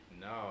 No